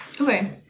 Okay